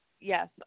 yes